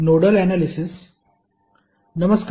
नमस्कार